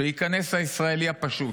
שייכנס הישראלי הפשוט,